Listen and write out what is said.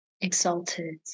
exalted